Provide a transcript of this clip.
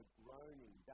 groaning